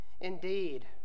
Indeed